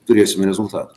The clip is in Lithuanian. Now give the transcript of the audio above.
turėsime rezultatą